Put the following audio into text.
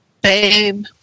Babe